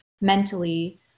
mentally